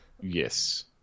yes